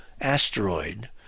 asteroid